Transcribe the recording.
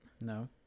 no